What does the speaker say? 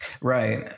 right